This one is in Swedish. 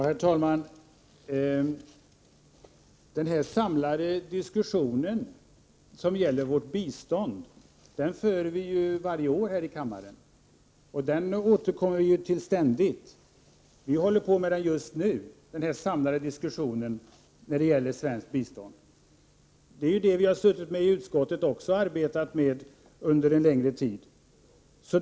Herr talman! En samlad diskussion om vårt bistånd för vi ju varje år här i kammaren, så den diskussionen återkommer vi ständigt till. Vi har just nu en samlad diskussion om svensk bistånd. Det är ju också vad vi i utskottet har arbetat med under en längre tid.